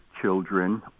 children